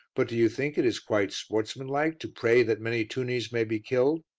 but do you think it is quite sportsmanlike to pray that many tunnies may be killed?